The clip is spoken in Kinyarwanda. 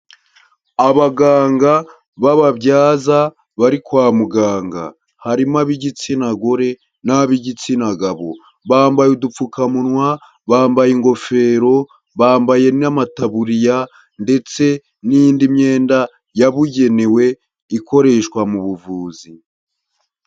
Abaganga b'ababyaza bari kwa muganga, harimo ab'igitsina gore n'ab'igitsina gabo, bambaye udupfukamunwa, bambaye ingofero, bambaye n'amataburiya ndetse n'indi myenda yabugenewe ikoreshwa mu buvuzi.